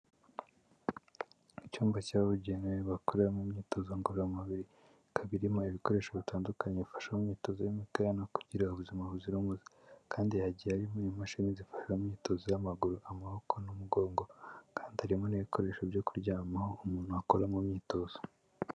Icyumba cyabugenewe bakoreramo myitozo ngororamubiri, ikaba irimo ibikoresho bitandukanye bifasha mu imyitozo y'imikaya no kugira ubuzima buzira umuze. Kandi hagiye harimo imashini zifasha imyitozo y'amaguru, amaboko n'umugongo, kandi harimo n'ibikoresho byo kuryamaho umuntu akora mu myitozo.